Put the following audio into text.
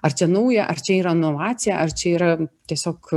ar čia nauja ar čia yra inovacija ar čia yra tiesiog